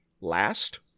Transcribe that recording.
last